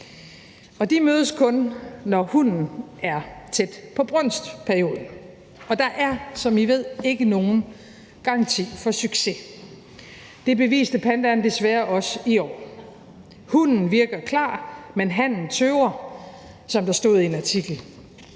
mødes kun, når hunnen er tæt på brunstperioden, og der er, som I ved, ikke nogen garanti for succes, og det beviste pandaerne desværre også i år. Hunnen virker klar, men hannen tøver, som der stod i en artikel.